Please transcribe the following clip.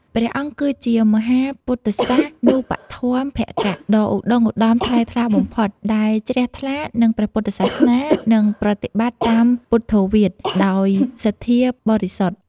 ព្រះអង្គគឺជាមហាពុទ្ធសាសនូបត្ថម្ភកៈដ៏ឧត្ដុង្គឧត្ដមថ្លៃថ្លាបំផុត ដែលជ្រះថ្លានឹងព្រះពុទ្ធសាសនា និងប្រតិបត្តិតាមពុទ្ធោវាទដោយសន្ធាបរិសុទ្ធ។